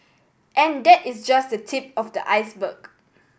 and that is just the tip of the iceberg